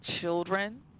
children